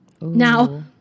Now